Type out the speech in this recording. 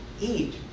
Eat